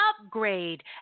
upgrade